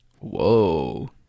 Whoa